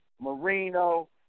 Marino